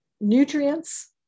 nutrients